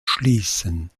schließen